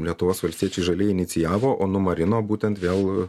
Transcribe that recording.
lietuvos valstiečiai žalieji inicijavo o numarino būtent vėl